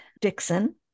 Dixon